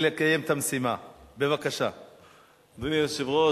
אדוני היושב-ראש,